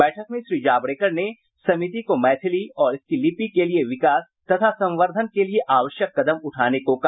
बैठक में श्री जावड़ेकर ने समिति को मैथिली और इसकी लिपि के विकास तथा संवर्द्वन के लिये आवश्यक कदम उठाने को कहा